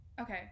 Okay